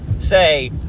say